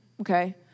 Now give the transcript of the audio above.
Okay